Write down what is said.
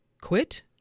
quit